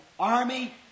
army